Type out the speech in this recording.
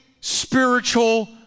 spiritual